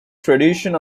tradition